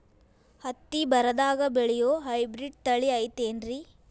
ಹತ್ತಿ ಬರದಾಗ ಬೆಳೆಯೋ ಹೈಬ್ರಿಡ್ ತಳಿ ಐತಿ ಏನ್ರಿ?